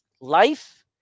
life